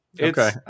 Okay